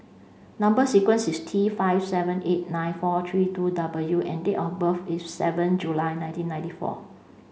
number sequence is T five seven eight nine four three two W and date of birth is seven July nineteen ninety four